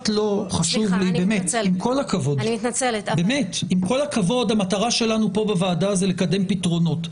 עם כל הכבוד, המטרה שלנו בוועדה היא לקדם פתרונות.